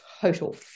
total